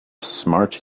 smart